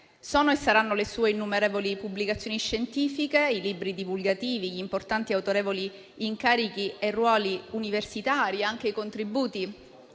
Sono e saranno le sue innumerevoli pubblicazioni scientifiche, i libri divulgativi, gli importanti e autorevoli incarichi e ruoli universitari e i contributi